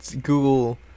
Google